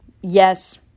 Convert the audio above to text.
Yes